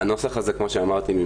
כמו שאמרתי,